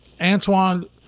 Antoine